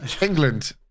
England